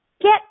Get